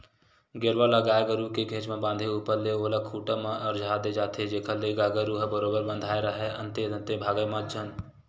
गेरवा ल गाय गरु के घेंच म बांधे ऊपर ले ओला खूंटा म अरझा दे जाथे जेखर ले गाय गरु ह बरोबर बंधाय राहय अंते तंते भागय झन